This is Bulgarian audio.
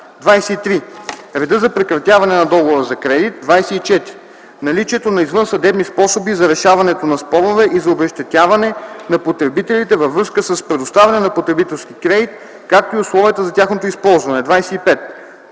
23. реда за прекратяване на договора за кредит; 24. наличието на извънсъдебни способи за решаването на спорове и за обезщетяване на потребителите във връзка с предоставяне на потребителски кредит, както и условията за тяхното използване; 25.